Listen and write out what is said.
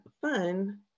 fun